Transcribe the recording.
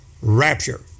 rapture